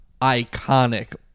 iconic